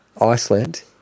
Iceland